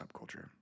subculture